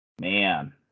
Man